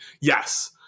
yes